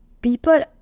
people